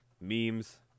memes